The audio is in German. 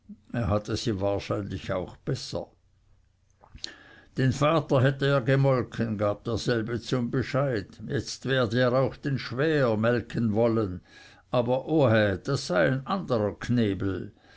er hatte sie wahrscheinlich auch besser den vater hätte er gemolken gab derselbe zum bescheid jetzt werde er auch den schwäher melken wollen aber ohä das sei ein anderer knebel